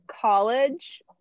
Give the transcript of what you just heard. college